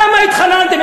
כמה התחננתם?